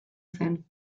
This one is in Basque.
zen